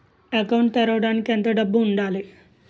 Account తెరవడానికి ఎంత డబ్బు ఉండాలి?